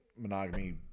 monogamy